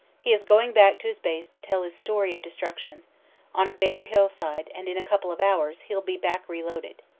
he is going back to his base to tell his story of destruction on a bare hillside-and in a couple of hours he'll be back reloaded.